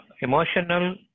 emotional